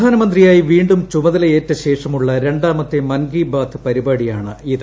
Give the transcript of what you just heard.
പ്രധാനമന്ത്രിയായി വീണ്ടും ചുമതലയേറ്റശേഷമുള്ള രണ്ടാമത്തെ മൻകി ബാത്ത് പരിപാടിയാണിത്